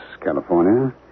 California